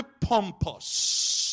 pompous